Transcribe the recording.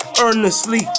Earnestly